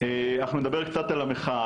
אז אנחנו נדבר קצת על המחאה,